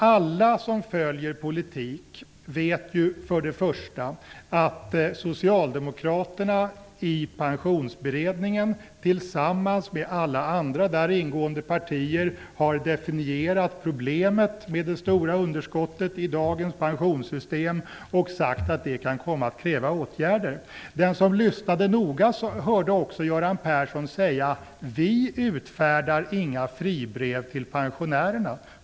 Alla som följer politik vet först och främst att socialdemokraterna i Pensionsberedningen tillsammans med alla andra där ingående partier har definierat problemet med det stora underskottet i dagens pensionssystem och sagt att det kan komma att kräva åtgärder. Den som lyssnade noga hörde Göran Persson säga: Vi utfärdar inga fribrev till pensionärerna.